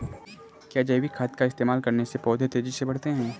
क्या जैविक खाद का इस्तेमाल करने से पौधे तेजी से बढ़ते हैं?